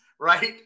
right